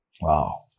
Wow